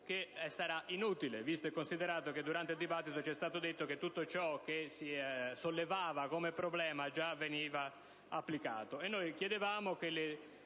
che sarà inutile, visto e considerato che durante la discussione ci è stato detto che tutto ciò che si sollevava come problema già veniva applicato.